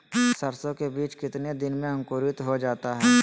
सरसो के बीज कितने दिन में अंकुरीत हो जा हाय?